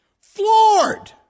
floored